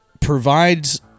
provides